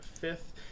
fifth